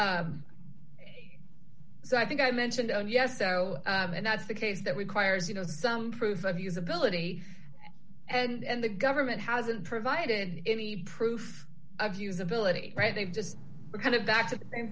issue so i think i mentioned oh yes so and that's the case that requires you know some proof of usability and the government hasn't provided any proof of usability right they've just kind of back to the same